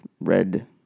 red